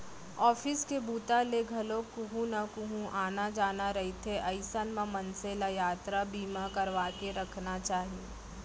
office के बूता ले घलोक कहूँ न कहूँ आना जाना रहिथे अइसन म मनसे ल यातरा बीमा करवाके रहिना चाही